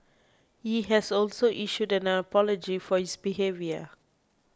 he has also issued an apology for his behaviour